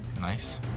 Nice